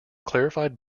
clarified